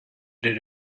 did